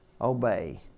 Obey